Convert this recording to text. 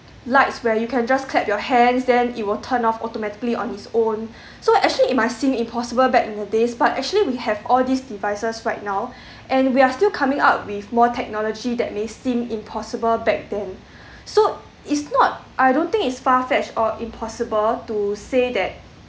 lights where you can just clap your hands then it will turn off automatically on its own so actually it might seem impossible back in the days but actually we have all these devices right now and we are still coming up with more technology that may seem impossible back then so it's not I don't think it's far fetched or impossible to say that